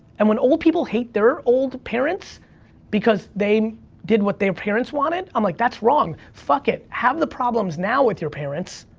and when old people hate their old parents because they did what their parents wanted, i'm like, that's wrong, fuck it. have the problems now with your parents,